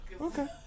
Okay